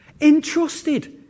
Entrusted